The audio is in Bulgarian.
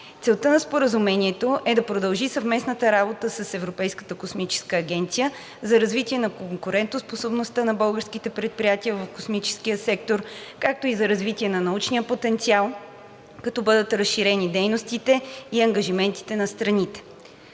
Целта на Споразумението е да продължи съвместната работа с ЕКА за развитие на конкурентоспособността на българските предприятия в космическия сектор, както и за развитие на научния потенциал, като бъдат разширени дейностите и ангажиментите на страните.